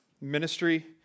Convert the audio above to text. ministry